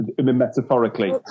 Metaphorically